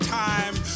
time